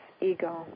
ego